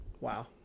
Wow